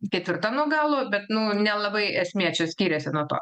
ketvirta nuo galo bet nu nelabai esmė čia skiriasi nuo to